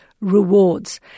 rewards